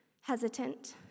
hesitant